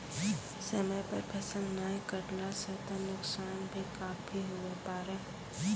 समय पर फसल नाय कटला सॅ त नुकसान भी काफी हुए पारै